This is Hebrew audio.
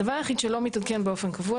הדבר היחיד שלא מתעדכן באופן קבוע